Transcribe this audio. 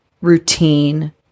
routine